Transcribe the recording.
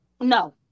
no